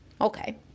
okay